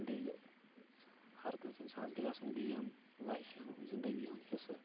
بیٚیہِ ہر کٲنٛسہِ انسانس گژھِ آسُن گیم لایفہِ ہُنٛد زندگی ہُنٛد حصہٕ